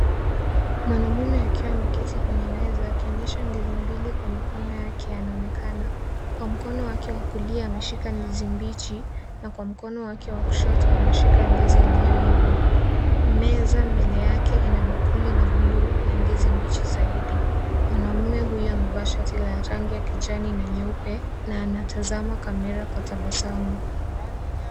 Mwanaume akiwa ameketi kwenye meza akionyesha ndizi mbili kwa mikono yake anaonekana, kwa mkono wake wa kulia ameshika ndizi mbichi na kwa mkono wake wa kushoto ameshika ndizi iliyoiva ,meza mbele yake ina bakuli la buluu na ndizi mbichi zaidi mwanaume huyu amevaa shati la rangi ya kijani na nyeupe na anatazama kamera kwa tabasamu.